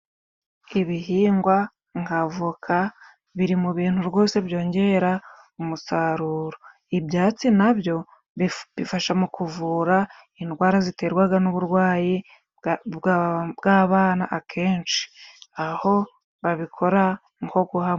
Ibihingwa nk'avoka biri mu bintu rwose byongera umusaruro, ibyatsi nabyo bifa bifasha mu kuvura indwara ziterwa n'uburwayi bwa bwa bw'abana akenshi aho babikora nko guhamura.